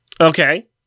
Okay